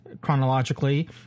chronologically